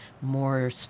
more